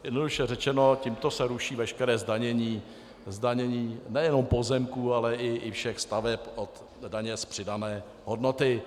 Jednoduše řečeno, tímto se ruší veškeré zdanění nejenom pozemků, ale i všech staveb, od daně z přidané hodnoty.